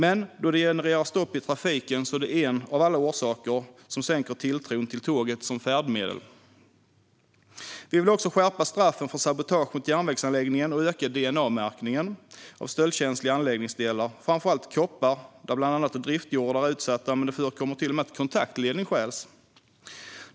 Eftersom det genererar stopp i trafiken är det också en av alla orsaker som sänker tilltron till tåget som färdmedel. Vi vill också skärpa straffen för sabotage mot järnvägsanläggningen och öka DNA-märkningen av stöldkänsliga anläggningsdelar, framför allt koppar där bland annat driftjordar är utsatta. Det förekommer till och med att kontaktledning stjäls.